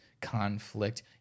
Conflict